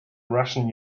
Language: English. russian